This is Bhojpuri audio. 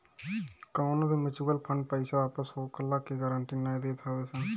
कवनो भी मिचुअल फंड पईसा वापस होखला के गारंटी नाइ देत हवे सन